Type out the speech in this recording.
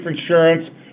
insurance